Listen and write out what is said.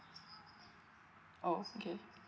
oh okay